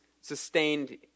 sustained